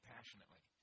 Passionately